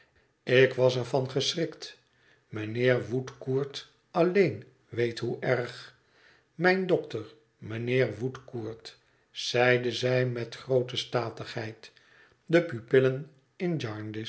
ik was er van geschrikt mijnheer woodcourt alleen weet hoe erg mijn dokter mijnheer woodcourt zeide zij met groote statigheid de pupillen in